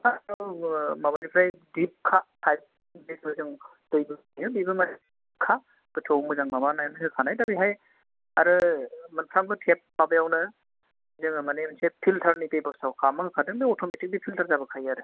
जोङो माबानिफ्राय ढीपका टाइप बेखौ जों दै बोखोयो बेबो मोनसे खा गोथौ मोजां माबानानै होनायखा दोनैहाय आरो मोनफ्रोमबो टेप माबायावनो जोङो मानि मोनसे पिल्टारनि बेब'स्टाखौ खालामनानै होखादों अट'मेटिक फिल्टार जाबोखायो आरो